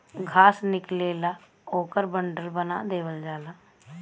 घास निकलेला ओकर बंडल बना देवल जाला